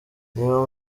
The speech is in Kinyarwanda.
niba